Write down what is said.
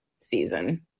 season